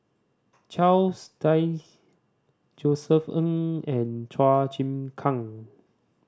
Charles Dyce Josef Ng and Chua Chim Kang